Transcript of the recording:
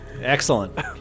Excellent